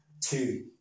Two